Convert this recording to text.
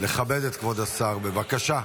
לכבד את כבוד השר בבקשה.